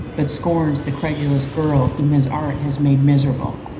but scorns the credulous girl whom his art has made miserable.